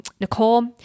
Nicole